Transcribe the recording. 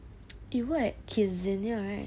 you work at kidzania right